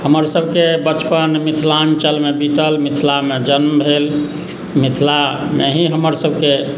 हमरसभके बचपन मिथिलाञ्चलमे बीतल मिथिलामे जन्म भेल मिथिलामे ही हमरसभके